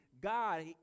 God